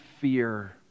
fear